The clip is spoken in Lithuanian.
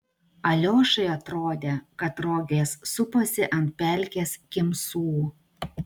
aliošai atrodė kad rogės suposi ant pelkės kimsų